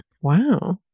Wow